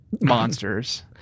monsters